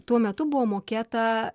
tuo metu buvo mokėta